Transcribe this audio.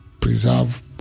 preserve